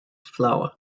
flour